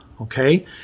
okay